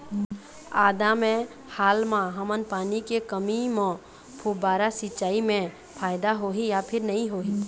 आदा मे हाल मा हमन पानी के कमी म फुब्बारा सिचाई मे फायदा होही या फिर नई होही?